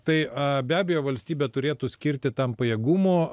tai be abejo valstybė turėtų skirti tam pajėgumų